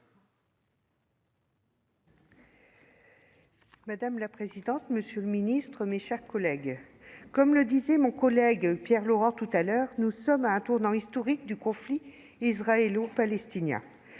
Madame la présidente, monsieur le ministre, mes chers collègues, comme le disait mon collègue Pierre Laurent, nous sommes à un tournant historique du conflit israélo-palestinien.